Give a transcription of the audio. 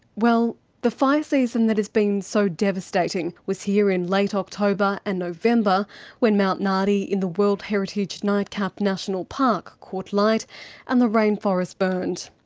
well, the fire season that has been so devastating was here in late october and november when mount nardi in the world heritage nightcap national park caught alight and the rainforest burned.